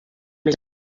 més